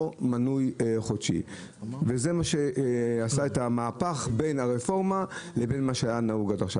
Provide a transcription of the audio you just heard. מנוי חודשי וזה למעשה המהפך בין מה שהיה נהוג לבין הרפורמה.